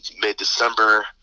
mid-December